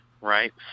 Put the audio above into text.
right